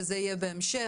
זה יהיה בהמשך.